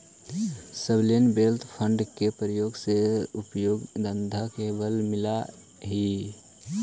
sovereign wealth fund के प्रयोग से उद्योग धंधा के बल मिलऽ हई